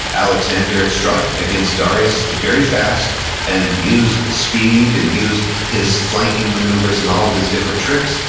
alexander struck against darius very fast and used the speed and used his flanking maneuvers and all of his different tricks,